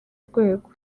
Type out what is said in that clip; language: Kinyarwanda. rwego